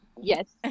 yes